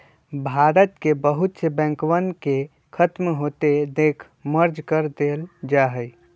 भारत के बहुत से बैंकवन के खत्म होते देख मर्ज कर देयल जाहई